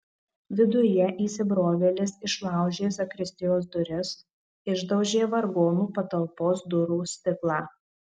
viduje įsibrovėlis išlaužė zakristijos duris išdaužė vargonų patalpos durų stiklą